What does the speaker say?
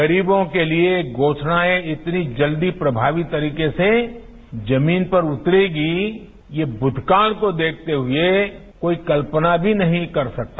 गरीबों के लिए घोषणाएं इतनी जल्दी प्रभावी तरीके से जमीन पर उतरेगी ये भूतकाल को देखते हुए कोई कल्पना भी नहीं कर सकता